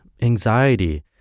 anxiety